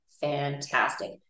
fantastic